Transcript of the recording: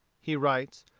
he writes,